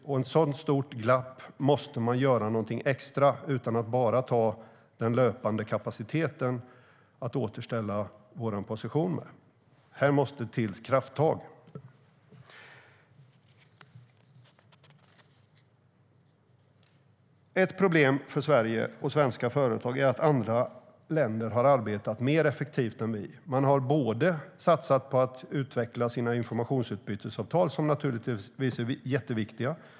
För ett sådant stort glapp måste man göra något extra utan att ta från den löpande kapaciteten för att återställa Sveriges position. Här måste till krafttag. Ett problem för Sverige och svenska företag är att andra länder har arbetat mer effektivt än vi. Sverige har satsat på att utveckla sina informationsutbytesavtal, som naturligtvis är viktiga.